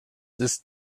ist